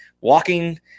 walking